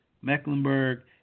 Mecklenburg